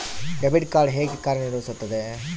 Debit card ಹೇಗೆ ಕಾರ್ಯನಿರ್ವಹಿಸುತ್ತದೆ?